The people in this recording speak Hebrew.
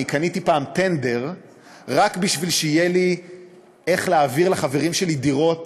אני קניתי פעם טנדר רק בשביל שיהיה לי איך להעביר לחברים שלי דירות